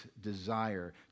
desire